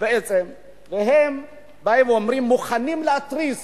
והם מוכנים להתריס